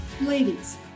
Ladies